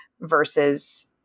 versus